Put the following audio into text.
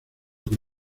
que